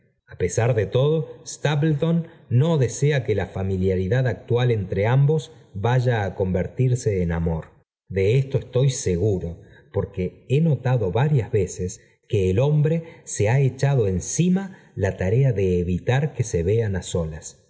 a pesar de todo stapleton no desea que la familiaridad actual entre ambos vaya á convertirse en amor de esto estoy seguro porque he notado varias veces que el hombre se ha echado encima la tarea de evitar que se vean á solas